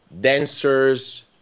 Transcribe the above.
dancers